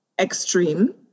extreme